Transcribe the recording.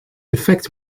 effect